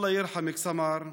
אללה ירחמכ, סמר,